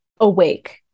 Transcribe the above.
awake